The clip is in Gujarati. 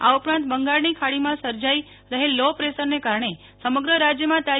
આ ઉપરાંત બંગાળની ખાડીમાં સર્જાઇ રહેલ લોપ્રેશરને કારણે સમગ્ર રાજ્યમા તા